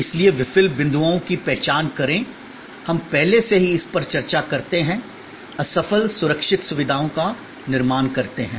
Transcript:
इसलिए विफल बिंदुओं की पहचान करें हम पहले से ही इस पर चर्चा करते हैं असफल सुरक्षित सुविधाओं का निर्माण करते हैं